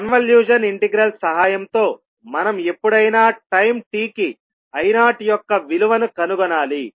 convolution integral సహాయంతో మనం ఎప్పుడైనా టైం t కి i0 యొక్క విలువను కనుగొనాలి